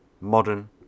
modern